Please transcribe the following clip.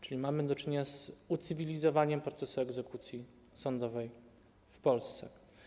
Czyli mamy do czynienia z ucywilizowaniem procesu egzekucji sądowej w Polsce.